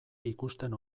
ikusten